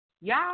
Y'all